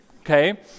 Okay